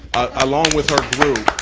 along with her group,